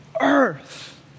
earth